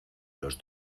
los